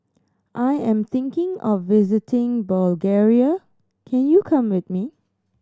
I am thinking of visiting Bulgaria can you come with me